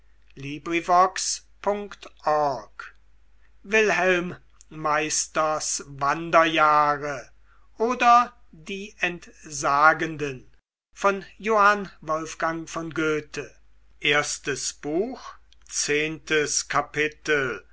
wilhelm meisters wanderjahre oder die entsagenden